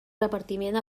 repartiment